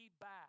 back